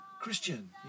Christian